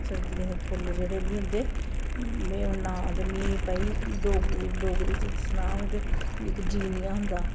सर्दियें दे फुल्ल जेह्ड़े बी होंदे में हून नांऽ ते भाई डोगरी च सनाङ ते इक जीनिया होंदा